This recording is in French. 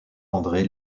andré